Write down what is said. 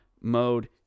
Mode